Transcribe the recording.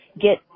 get